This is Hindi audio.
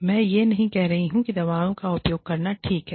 मैं यह नहीं कह रही हूं कि दवाओं का उपयोग करना ठीक है